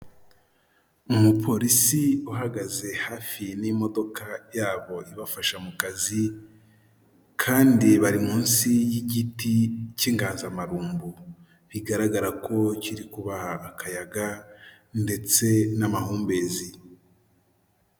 Umupolisi uhagaze hafi n'imodoka yabo ibafasha mu kazi, kandi bari munsi y'igiti cy'inganzamarumbu. Bigaragara ko kiri kubaha akayaga ndetse n'amahumbezi.